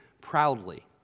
proudly